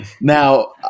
Now